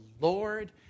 Lord